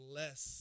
less